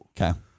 okay